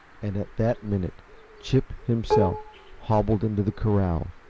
and at that minute chip himself hobbled into the corral,